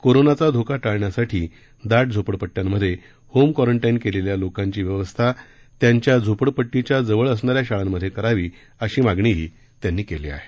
कोरोनाचा धोका टाळण्यासाठी दाट झोपडपट्टयांमध्ये होम कॉरन्टाईन केलेल्या लोकांची व्यवस्था त्यांच्या झोपडपट्टीच्या जवळ असणाऱ्या शाळांमध्ये करावी अशी मागणीही त्यांनी केली आहे